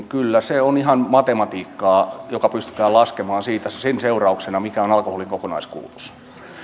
kyllä ihan matematiikkaa joka pystytään laskemaan sen seurauksena mikä on alkoholin kokonaiskulutus